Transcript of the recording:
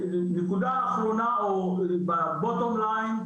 נקודה אחרונה או Bottom Line,